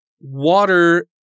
water